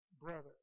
brother